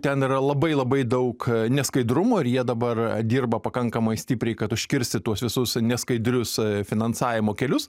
ten yra labai labai daug neskaidrumo ir jie dabar dirba pakankamai stipriai kad užkirsti tuos visus neskaidrius finansavimo kelius